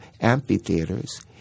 amphitheaters